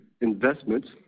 investments